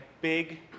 big